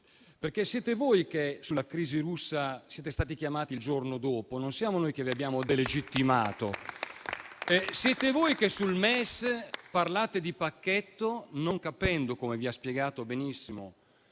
perché siete voi che sulla crisi russa siete stati chiamati il giorno dopo, non siamo noi che vi abbiamo delegittimato. Siete voi che sul MES parlate di pacchetto, non capendo, come vi ha spiegato benissimo